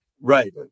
Right